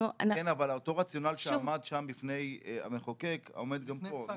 אבל אותו רציונל שעמד שם בפני מחוקק, עומד גם פה.